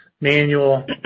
manual